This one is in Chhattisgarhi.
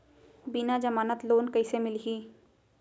बिना जमानत लोन कइसे मिलही?